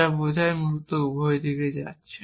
যা বোঝায় মূলত উভয় দিকেই যাচ্ছে